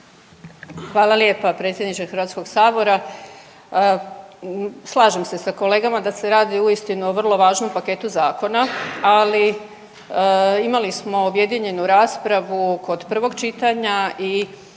Hvala lijepa predsjedniče Hrvatskog sabora. Slažem se sa kolegama da se radi uistinu o vrlo važnom paketu zakona, ali imali smo objedinjenu raspravu kod prvog čitanja i